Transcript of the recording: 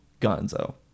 Gonzo